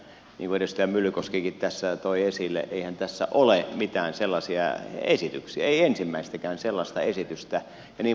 niin kuin edustaja myllykoskikin tässä toi esille eihän tässä ole mitään sellaisia esityksiä ei ensimmäistäkään sellaista esitystä ja niin poispäin